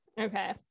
Okay